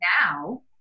now